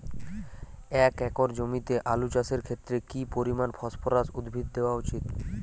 এক একর জমিতে আলু চাষের ক্ষেত্রে কি পরিমাণ ফসফরাস উদ্ভিদ দেওয়া উচিৎ?